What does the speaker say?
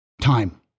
time